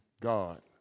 God